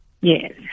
Yes